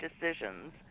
decisions